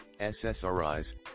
SSRIs